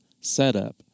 setup